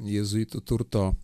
jėzuitų turto